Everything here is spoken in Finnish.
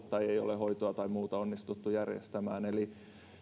tai ei ole hoitoa tai muuta onnistuttu järjestämään eli